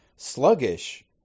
Sluggish